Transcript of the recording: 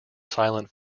silent